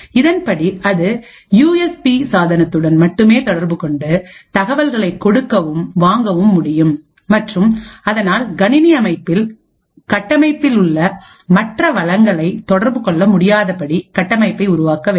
இதன்படி அது U S B சாதனத்துடன் மட்டுமே தொடர்புகொண்டு தகவல்களை கொடுக்கவும் வாங்கவும்முடியும் மற்றும் அதனால் கணினி கட்டமைப்பில் உள்ள மற்ற வளங்களை தொடர்பு கொள்ள முடியாதபடி கட்டமைப்பை உருவாக்க வேண்டும்